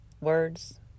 words